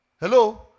Hello